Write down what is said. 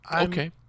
Okay